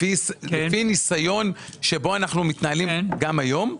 לפי ניסיון שבו אנחנו מתנהלים גם היום.